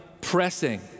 pressing